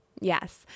Yes